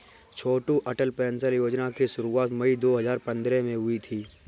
छोटू Atal pension Yojana की शुरुआत मई दो हज़ार पंद्रह में हुई थी